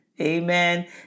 amen